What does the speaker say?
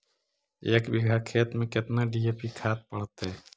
एक बिघा खेत में केतना डी.ए.पी खाद पड़तै?